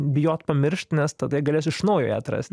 bijot pamiršt nes tada galės iš naujo ją atrast